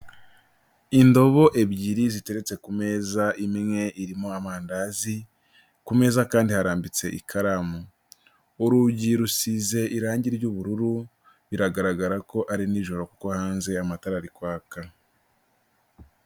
Indobo ebyiri ziteretse ku meza imwe irimo amandazi, ku meza kandi harambitse ikaramu, urugi rusize irangi ry'ubururu, biragaragara ko ari nijoro kuko hanze amatara ari kwaka.